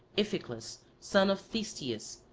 iphiclus son of thestius,